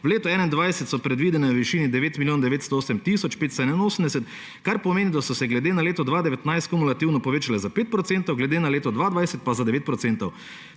v letu 2021 so predvidene v višini 9 milijonov 908 tisoč 581, kar pomeni, da so se glede na leto 2019 kumulativno povečale za 5 %, glede na leto 2020 pa za 9 %.